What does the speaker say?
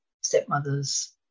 stepmother's